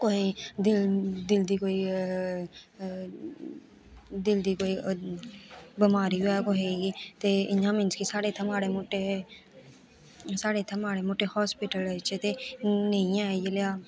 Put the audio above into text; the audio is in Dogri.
कोहे दिल दिल दी कोई दिल दी कोई बमारी होऐ कुहै गी ते इयां मींस कि साढ़े इत्थै माढ़े मुट्टे साढ़े इत्थै माढ़े मुट्टे हास्पिटल च ते नेईं ऐ इ'यै लेआ